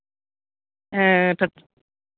ᱦᱮᱸ